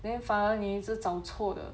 then 反而你一直找错的